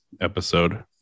episode